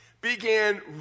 began